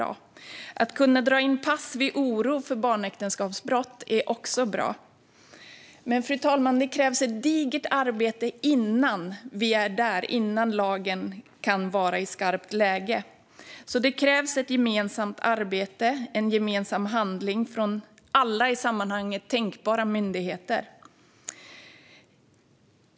Att kunna dra in pass vid oro för barnäktenskapsbrott är också bra. Men, fru talman, innan lagen kan vara i skarpt läge krävs ett digert, gemensamt arbete och gemensam handling från alla i sammanhanget tänkbara myndigheter.